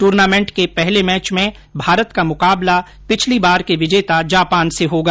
tournament के पहले match में भारत का मुकाबला पिछली बार के विजेता जापान से होगा